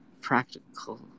practical